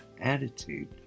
attitude